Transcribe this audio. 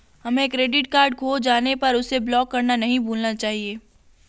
हमें credit card खो जाने पर उसे ब्लॉक करना नहीं भूलना चाहिए